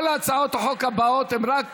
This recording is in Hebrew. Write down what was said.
כל הצעות החוק הבאות הן רק